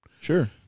Sure